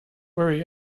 worry